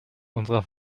unserer